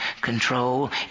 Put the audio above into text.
control